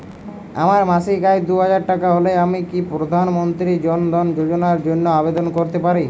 আমার মাসিক আয় দুহাজার টাকা হলে আমি কি প্রধান মন্ত্রী জন ধন যোজনার জন্য আবেদন করতে পারি?